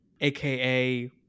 aka